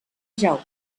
jaume